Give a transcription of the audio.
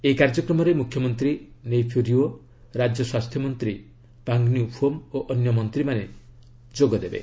ଏହି କାର୍ଯ୍ୟକ୍ରମରେ ମୁଖ୍ୟମନ୍ତ୍ରୀ ନେଇଫ୍ୟୁ ରିଓ ରାଜ୍ୟ ସ୍ୱାସ୍ଥ୍ୟମନ୍ତ୍ରୀ ପାଙ୍ଗନ୍ୟୁ ଫୋମ୍ ଓ ଅନ୍ୟ ମନ୍ତ୍ରୀମାନେ କାର୍ଯ୍ୟକ୍ରମରେ ଯୋଗଦେବେ